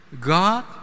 God